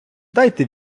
дайте